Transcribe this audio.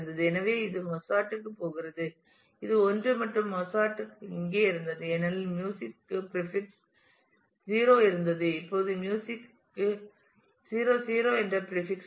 எனவே இது மொஸார்ட்டுக்குப் போகிறது இது 1 மற்றும் மொஸார்ட் இங்கே இருந்தது ஏனெனில் மியூசிக் க்கு பிரீபிக்ஸ் 0 இருந்தது இப்போது மியூசிக் க்கு 0 0 என்ற பிரீபிக்ஸ் உள்ளது